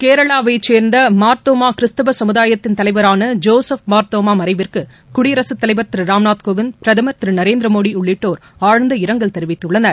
கேரளாவை சேர்ந்த மார்தோமா கிறிஸ்துவ சமுதாயத்தின் தலைவரான ஜோசப் மார்தோமா மறைவிற்கு குடியரசுத் தலைவர் திரு ராம்நாத் கோவிந்த் பிரதமர் திரு நரேந்திரமோடி உள்ளிட்டோர் ஆழ்ந்த இரங்கல் தெரிவித்துள்ளனர்